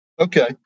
Okay